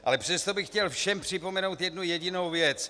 Ale přesto bych chtěl všem připomenout jednu jedinou věc.